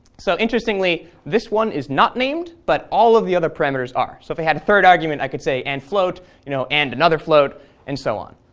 so interestingly, this one is not named, but all of the other parameters are, so if we had a third argument i could say andfloat you know and another float and so on.